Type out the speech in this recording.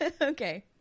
Okay